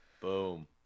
Boom